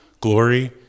glory